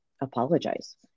apologize